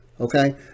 Okay